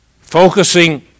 Focusing